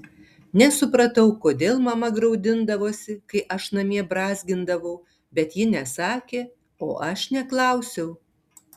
nesupratau kodėl mama graudindavosi kai aš namie brązgindavau bet ji nesakė o aš neklausiau